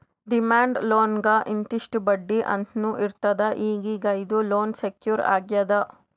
demand loan ಇಂತಿಷ್ಟ್ ಬಡ್ಡಿ ಅಂತ್ನೂ ಇರ್ತದ್ ಈಗೀಗ ಇದು ಲೋನ್ ಸೆಕ್ಯೂರ್ ಆಗ್ಯಾದ್